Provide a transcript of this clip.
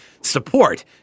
support